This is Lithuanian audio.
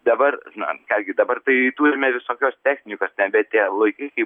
dabar na ką gi dabar tai turime visokios technikos nebe tie laikai kaip